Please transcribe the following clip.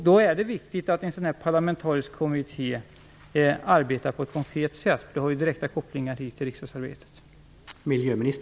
Det är då viktigt att en sådan här parlamentarisk kommitté arbetar på ett konkret sätt och har direkta kopplingar till riksdagsarbetet.